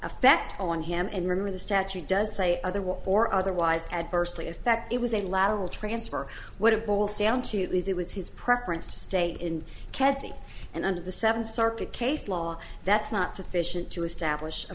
effect on him and remember the statute does say otherwise or otherwise adversely affect it was a lateral transfer what it boils down to is it was his preference to state in kathy and under the seven circuit case law that's not sufficient to establish a